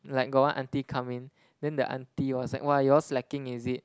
like got one aunty come in then the aunty was like !wah! you all slacking is it